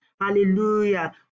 hallelujah